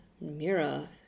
mira